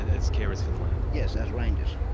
as carers for the land? yes, as rangers.